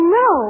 no